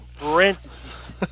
parentheses